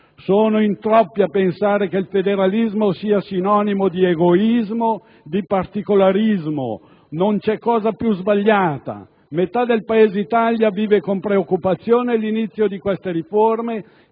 Sono in troppi a pensare che il federalismo sia sinonimo di egoismo, di particolarismo. Non c'è cosa più sbagliata. Metà del Paese Italia vive con preoccupazione l'inizio di tali riforme,